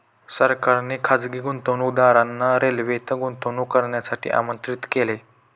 सरकारने खासगी गुंतवणूकदारांना रेल्वेत गुंतवणूक करण्यासाठी आमंत्रित केले